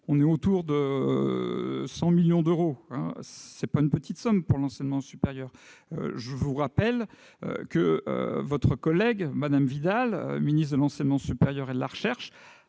autour de 100 millions d'euros. Ce n'est pas une petite somme pour l'enseignement supérieur. Je vous rappelle que votre collègue ministre de l'enseignement supérieur et de la recherche,